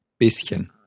Bisschen